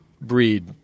breed